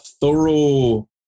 Thorough